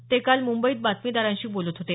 ते काल मुंबईत बातमीदारांशी बोलत होते